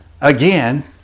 Again